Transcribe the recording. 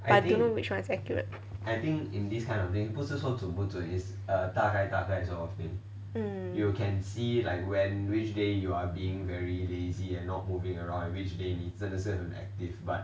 I don't know which [one] is accurate mm